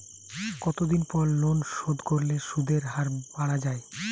কতদিন পর লোন শোধ করলে সুদের হার বাড়ে য়ায়?